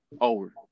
over